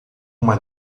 uma